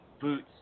boots